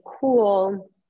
cool